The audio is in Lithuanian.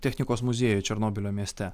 technikos muziejuj černobylio mieste